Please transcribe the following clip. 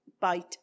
bite